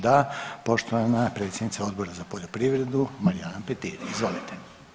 Da, poštovana predsjednica Odbora za poljoprivredu Marijana Petir, izvolite.